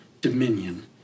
dominion